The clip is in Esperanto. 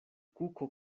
kuko